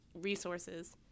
resources